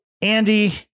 Andy